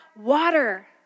water